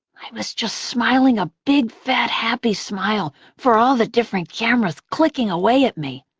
i was just smiling a big fat happy smile for all the different cameras clicking away at me.